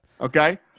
Okay